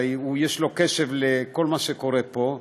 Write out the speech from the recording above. הרי יש לו קשב לכל מה שקורה פה,